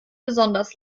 besonders